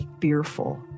fearful